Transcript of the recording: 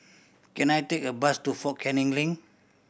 can I take a bus to Fort Canning Link